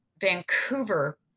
Vancouver